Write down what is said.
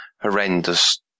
horrendous